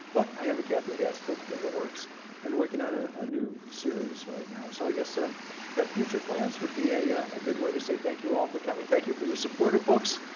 but i have a kathryn dance book in the works and working on ah a new series right now. so i guess ah that future plans would be a a good way to say thank you all for coming. thank you for your support of books,